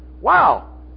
Wow